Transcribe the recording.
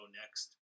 next